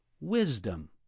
wisdom